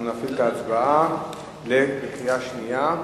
אנחנו נפעיל את ההצבעה לקריאה שנייה.